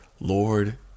lord